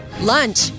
Lunch